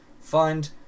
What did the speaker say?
find